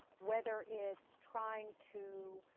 whether it's trying to